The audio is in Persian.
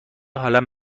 حالم